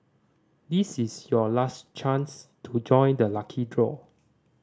this is your last chance to join the lucky draw